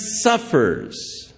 suffers